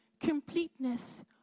completeness